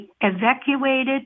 evacuated